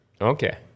Okay